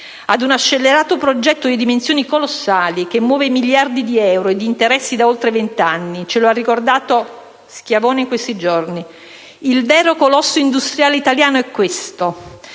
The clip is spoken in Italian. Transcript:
ad uno scellerato progetto di dimensioni colossali, che muove miliardi di euro ed interessi da oltre vent'anni: ce lo ha ricordato Schiavone in questi giorni. Il vero colosso industriale italiano è questo,